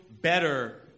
better